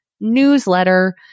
newsletter